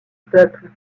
peuple